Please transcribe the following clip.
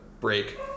break